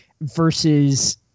versus